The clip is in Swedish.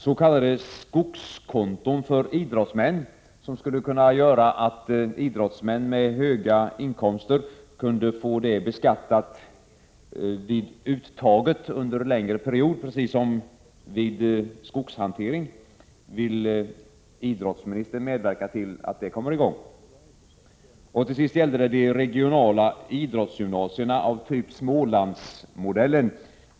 S.k. skogskonton för idrottsmän skulle kunna göra att idrottsmän med höga inkomster kunde få dem beskattade vid uttaget under en längre period, precis som vid skogshantering. Vill idrottsministern medverka till att det kommer i gång? Till sist gällde det de regionala idrottsgymnasierna av Smålandsmodellen.